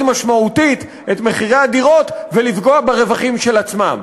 משמעותית את מחירי הדירות ולפגוע ברווחים של עצמם.